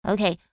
Okay